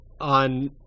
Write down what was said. on